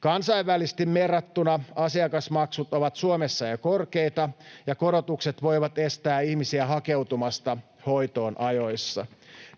Kansainvälisesti verrattuna asiakasmaksut ovat Suomessa jo korkeita, ja korotukset voivat estää ihmisiä hakeutumasta hoitoon ajoissa.